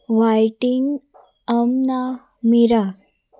waiting अम्ना मिरा